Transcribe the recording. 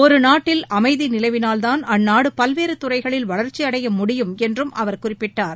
ஒரு நாட்டில் அமைதி நிலவினால்தான் அந்நாடு பல்வேறு துறைகளில் வளர்ச்சியடைய முடியும் என்றும் அவர் குறிப்பிட்டார்